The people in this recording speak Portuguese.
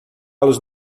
los